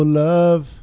love